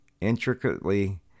intricately